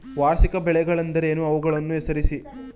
ವಾರ್ಷಿಕ ಬೆಳೆಗಳೆಂದರೇನು? ಅವುಗಳನ್ನು ಹೆಸರಿಸಿ?